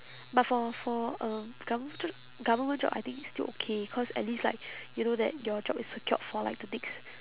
but for for um government jo~ government job I think it's still okay cause at least like you know that your job is secured for like the next